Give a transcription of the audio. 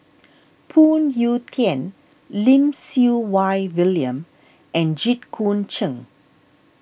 Phoon Yew Tien Lim Siew Wai William and Jit Koon Ch'ng